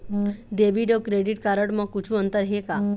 Debit अऊ credit card म कुछू अंतर हे का?